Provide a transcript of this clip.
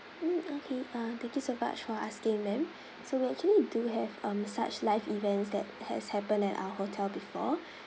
mm okay uh thank you so much for asking ma'am so we actually do have um such live events that has happened at our hotel before